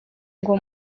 ngo